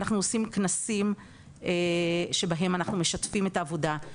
אנחנו עושים כנסים שבהם אנחנו משתפים את העבודה,